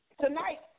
Tonight